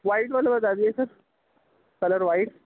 white والا بتا دیجیے سر کلر وائٹ